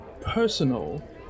personal